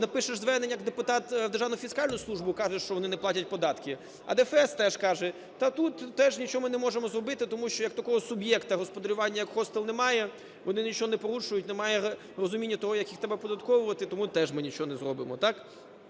напишеш звернення як депутат у Державну фіскальну службу, кажеш, що вони не платять податки, а ДФС теж каже, та тут теж нічого ми не можемо зробити, тому що як такого суб'єкту господарювання, як хостел, немає, вони нічого не порушують, немає розуміння, як їх треба оподатковувати, тому теж ми нічого не зробимо.